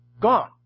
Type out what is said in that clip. Gone